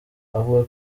avuga